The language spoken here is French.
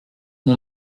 mon